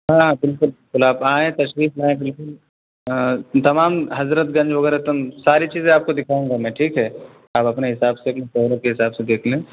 ہاں ہاں بالکل بالکل آپ آئیں تشریف لائیں بالکل ہاں تمام حضرت گنج وغیرہ تم ساری چیزیں آپ کو دکھاؤں گا میں ٹھیک ہے آپ اپنے حساب سے دونوں کے حساب سے بھی دیکھ لیں